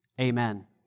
amen